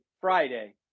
Friday